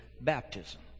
baptism